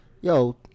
yo